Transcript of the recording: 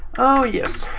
oh yes,